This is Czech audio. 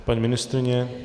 Paní ministryně?